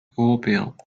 européens